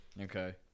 Okay